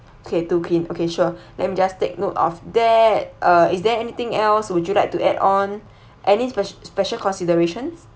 okay two queen okay sure let me just take note of that uh is there anything else would you like to add on any spec~ special considerations